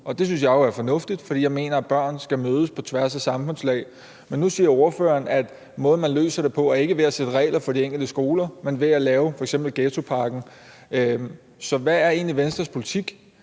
Det synes jeg jo er fornuftigt, for jeg mener, at børn skal mødes på tværs af samfundslag. Men nu siger ordføreren, at måden, man løser det på, ikke er ved at sætte regler op for de enkelte skoler, men ved at lave f.eks. ghettopakken. Så hvad er egentlig Venstres politik?